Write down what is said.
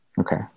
Okay